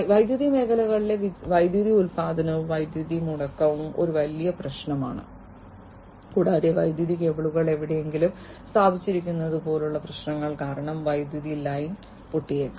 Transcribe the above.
വൈദ്യുതി മേഖലയിലെ വൈദ്യുതി ഉൽപ്പാദനവും വൈദ്യുതി മുടക്കവും ഒരു വലിയ പ്രശ്നമാണ് കൂടാതെ വൈദ്യുതി കേബിളുകൾ എവിടെയെങ്കിലും സ്ഥാപിച്ചിരിക്കുന്നതുപോലുള്ള പ്രശ്നങ്ങൾ കാരണം വൈദ്യുതി ലൈൻ പൊട്ടിയേക്കാം